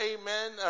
amen